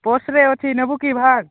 ପର୍ସରେ ଅଛି ନବୁ କି ଭାର୍